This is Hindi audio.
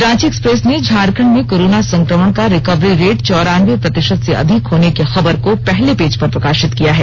रांची एक्सप्रेस ने झारखंड में कोरोना संक्रमण का रिकवरी रेट चौरानबे प्रतिशत से अधिक होने की खबर को पहले पेज पर प्रकाशित किया है